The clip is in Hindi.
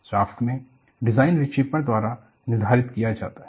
शाफ्ट में डिजाइन विक्षेपण द्वारा निर्धारित किया जाता है